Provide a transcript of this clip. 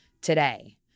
today